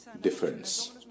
difference